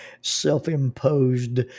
self-imposed